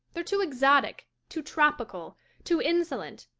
they're too exotic too tropical too insolent.